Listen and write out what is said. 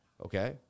Okay